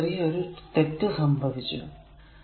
ഇവിടെ ചെറിയ ഒരു തെറ്റ് സംഭവിച്ചു